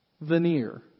veneer